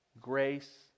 grace